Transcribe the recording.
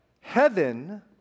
Heaven